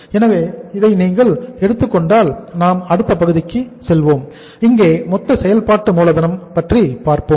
எனவே இதை நீங்கள் எடுத்துக் கொண்டால் நாம் அடுத்த பகுதிக்கு செல்வோம் இங்கே மொத்த செயல்பாட்டு மூலதனம் பற்றி பார்ப்போம்